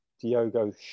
Diogo